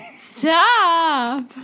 Stop